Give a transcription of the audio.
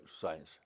science